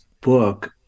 book